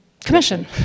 commission